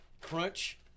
Crunch